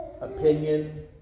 opinion